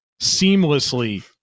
seamlessly